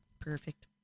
Perfect